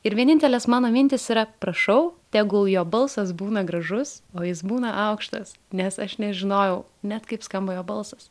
ir vienintelės mano mintys yra prašau tegul jo balsas būna gražus o jis būna aukštas nes aš nežinojau net kaip skamba jo balsas